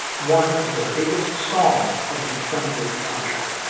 one of the biggest songs of the twentieth century.